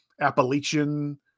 Appalachian